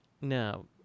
No